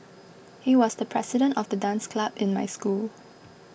he was the president of the dance club in my school